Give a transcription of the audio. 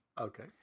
Okay